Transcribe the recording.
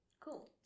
Cool